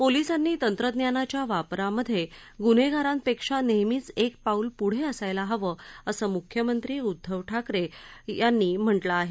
पोलीसांनी तंत्रज्ञानाच्या वापरामध्ये गून्हेगारांपेक्षा नेहमीच एक पाऊल पुढे असायला हवं असं मुख्यमंत्री उद्दव ठाकरे यांनी म्हटलं आहे